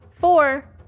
four